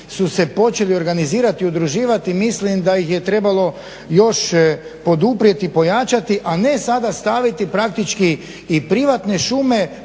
su se počeli organizirati, udruživati. Mislim da ih je trebalo još poduprijeti, pojačati a ne sada staviti praktički i privatne šume